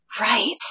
Right